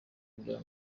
kugira